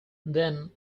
then